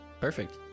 Perfect